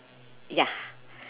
ya